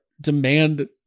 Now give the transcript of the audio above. demand